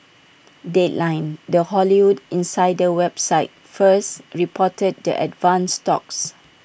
deadline the Hollywood insider website first reported the advanced talks